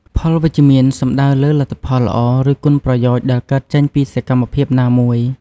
ផលវិជ្ជមាន សំដៅលើលទ្ធផលល្អ ឬគុណប្រយោជន៍ដែលកើតចេញពីសកម្មភាពណាមួយ។